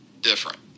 different